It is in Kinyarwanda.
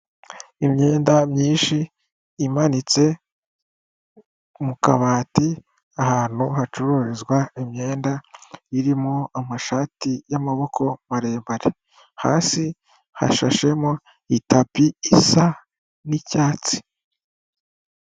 Imyenda myinshi imanitse mu kabati ahantu hacururizwa imyenda irimo amashati y'amaboko maremare, hasi hashashemo itapi isa n'icyatsi.